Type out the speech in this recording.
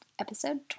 episode